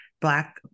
Black